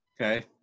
Okay